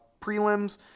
prelims